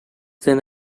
than